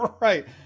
Right